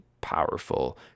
powerful